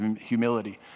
humility